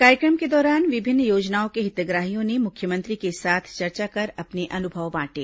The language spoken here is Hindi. कार्यक्रम के दौरान विभिन्न योजनाओं के हितग्राहियों ने मुख्यमंत्री के साथ चर्चा कर अपने अनुभव बांटें